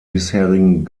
bisherigen